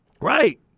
Right